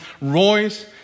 Royce